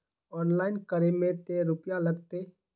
Online करे में ते रुपया लगते?